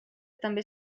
també